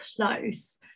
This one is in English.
close